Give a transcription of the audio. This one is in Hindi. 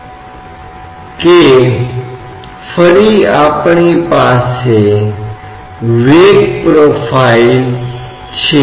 तो यह एक ऐसी चीज है जो बहुत अच्छे परिणाम की है लेकिन यह स्पष्ट निष्कर्ष है